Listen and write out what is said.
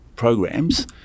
Programs